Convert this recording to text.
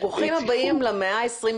ברוכים הבאים למאה ה-21.